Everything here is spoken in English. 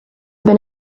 have